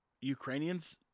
Ukrainians